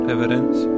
Evidence